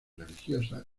religiosas